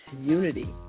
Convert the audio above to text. unity